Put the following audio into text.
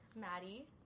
Maddie